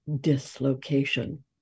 dislocation